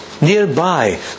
Nearby